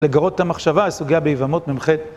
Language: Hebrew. לגרות את המחשבה הסוגייה ביבמות מ"ח.